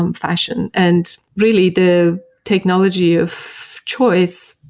um fashion. and really, the technology of choice,